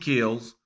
Kills